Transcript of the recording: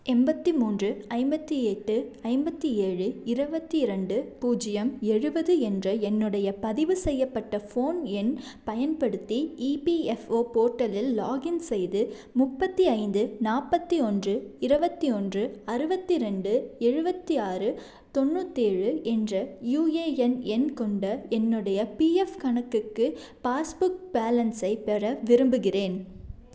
எண்பத்தி மூன்று ஐம்பத்தி எட்டு ஐம்பத்தி ஏழு இருபத்தி இரண்டு பூஜ்ஜியம் எழுபது என்ற என்னுடைய பதிவு செய்யப்பட்ட ஃபோன் எண் பயன்படுத்தி இபிஎஃப்ஓ போர்ட்டலில் லாகின் செய்து முப்பத்தி ஐந்து நாற்பத்தி ஒன்று இருபத்தி ஒன்று அறுபத்தி ரெண்டு எழுபத்தி ஆறு தொண்ணூற்றேழு என்ற யுஏஎன் எண் கொண்ட என்னுடைய பிஎஃப் கணக்குக்கு பாஸ்புக் பேலன்ஸை பெற விரும்புகிறேன்